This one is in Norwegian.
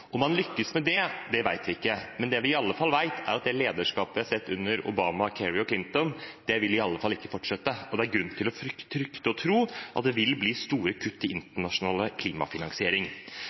Om han lykkes med det, vet vi ikke, men det vi iallfall vet, er at det lederskapet vi har sett under Obama, Kerry og Clinton, ikke vil fortsette, og det er grunn til å frykte og tro at det vil bli store kutt i internasjonal klimafinansiering.